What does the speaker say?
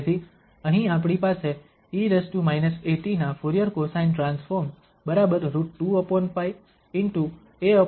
તેથી અહીં આપણી પાસે e−at ના ફુરીયર કોસાઇન ટ્રાન્સફોર્મ બરાબર √2π ✕ aa2α2 છે